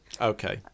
Okay